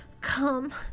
Come